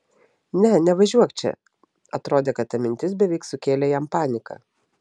ne nevažiuok čia atrodė kad ta mintis beveik sukėlė jam paniką